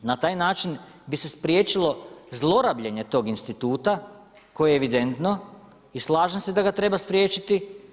Na taj način bi se spriječilo zlorabljenje tog instituta koje je evidentno i slažem se da ga treba spriječiti.